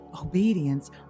Obedience